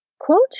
Quote